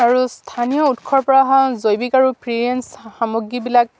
আৰু স্থানীয় উৎসৰ পৰা অহা জৈৱিক আৰু সামগ্ৰীবিলাক